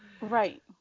Right